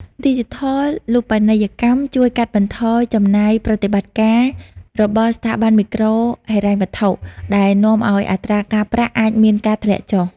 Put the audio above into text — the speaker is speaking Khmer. ឌីជីថលូបនីយកម្មជួយកាត់បន្ថយចំណាយប្រតិបត្តិការរបស់ស្ថាប័នមីក្រូហិរញ្ញវត្ថុ ដែលនាំឱ្យអត្រាការប្រាក់អាចមានការធ្លាក់ចុះ។